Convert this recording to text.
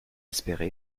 espéré